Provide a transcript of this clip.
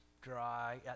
dry